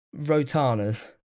Rotanas